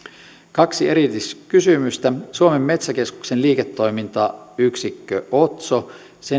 kaksi erilliskysymystä suomen metsäkeskuksen liiketoimintayksikkö otson